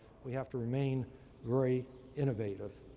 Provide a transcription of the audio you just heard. we have to remain very innovative.